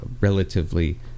relatively